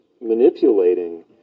manipulating